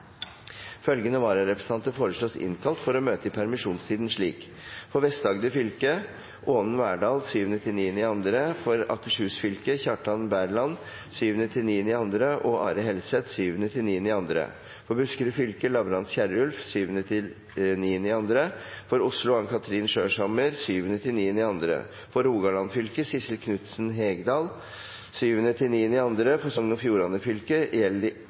Følgende vararepresentanter innkalles for å møte i permisjonstiden slik: For Vest-Agder fylke: Ånen Werdal 7.–9. februar For Akershus fylke: Kjartan Berland 7.–9. februar og Are Helseth 7.–9. februar For Buskerud fylke: Lavrans Kierulf 7.–9. februar For Oslo: Ann Kathrine Skjørshammer 7.–9. februar For Rogaland fylke: Sissel Knutsen Hegdal 7.–9. februar For Sogn og Fjordane fylke: